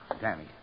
Danny